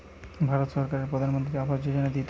ভারত সরকারের প্রধানমন্ত্রী আবাস যোজনা দিতেছে